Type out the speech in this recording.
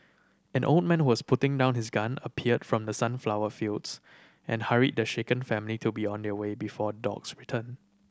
an old man who was putting down his gun appeared from the sunflower fields and hurried the shaken family to be on their way before dogs return